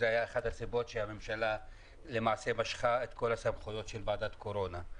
הממשלה משכה את כל סמכויות ועדת הקורונה.